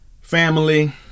Family